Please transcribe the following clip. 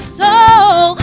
soul